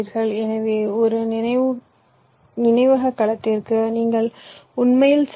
எனவே ஒரு நினைவக கலத்திற்கு நீங்கள் உண்மையில் செல்லலாம்